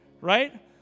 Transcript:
Right